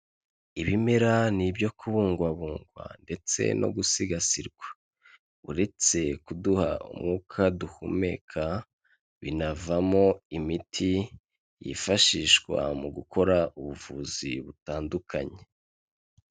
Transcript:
Ibimera ni ibyo kubungwabungwa ndetse no gusigasirwa, uretse kuduha umwuka duhumeka binavamo imiti yifashishwa mu gukora ubuvuzi butandukanye.